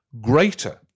greater